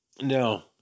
No